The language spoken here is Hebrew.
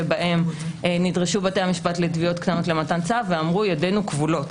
שבהם נדרשו בתי המשפט לתביעות קטנות למתן צו ואמרו: ידינו כבולות,